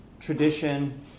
tradition